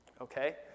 Okay